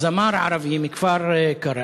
זמר ערבי מכפר-קרע,